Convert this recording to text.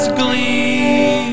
glee